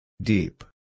Deep